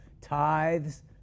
tithes